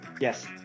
Yes